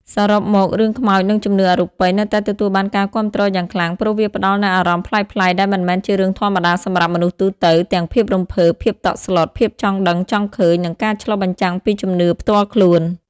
សរុបមក រឿងខ្មោចនិងជំនឿអរូបីនៅតែទទួលបានការគាំទ្រយ៉ាងខ្លាំង ព្រោះវាផ្តល់នូវអារម្មណ៍ប្លែកៗដែលមិនមែនជារឿងធម្មតាសម្រាប់មនុស្សទូទៅ ទាំងភាពរំភើប ភាពតក់ស្លុត ភាពចង់ដឹងចង់ឃើញ និងការឆ្លុះបញ្ចាំងពីជំនឿផ្ទាល់ខ្លួន។